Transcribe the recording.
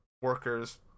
workers